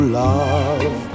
love